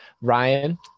Ryan